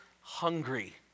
hungry